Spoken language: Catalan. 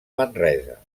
manresa